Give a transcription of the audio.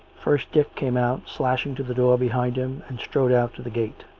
first dick came out, slashing to the door behind him, and strode out to the gate.